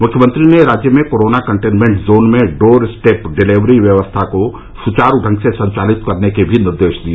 मुख्यमंत्री ने राज्य में कोरोना कन्टेनमेंट जोन में डोर स्टेप डिलीवरी व्यवस्था को सुचारू ढंग से संचालित करने के भी निर्देश दिए